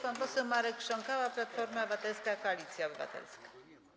Pan poseł Marek Krząkała, Platforma Obywatelska - Koalicja Obywatelska.